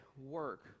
work